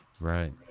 Right